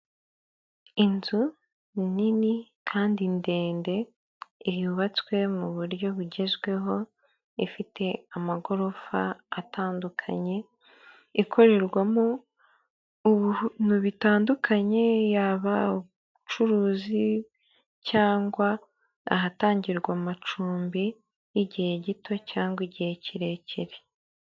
Inzu nini kandi ndende yubatswe mu buryo bugezweho, ifite amagorofa atandukanye. Ikorerwamo ibintu bitandukanye yaba ubucuruzi cyangwa ahatangirwa amacumbi y'igihe gito cyangwa igihe kirekire.